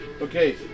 Okay